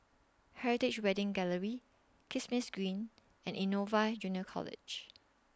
Heritage Wedding Gallery Kismis Green and Innova Junior College